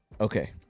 Okay